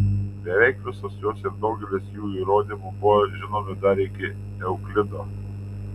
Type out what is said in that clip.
beveik visos jos ir daugelis jų įrodymų buvo žinomi dar iki euklido